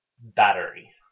battery